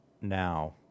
now